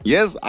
Yes